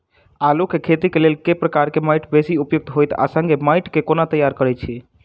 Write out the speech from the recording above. आलु केँ खेती केँ लेल केँ प्रकार केँ माटि बेसी उपयुक्त होइत आ संगे माटि केँ कोना तैयार करऽ छी?